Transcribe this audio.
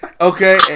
Okay